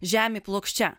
žemė plokščia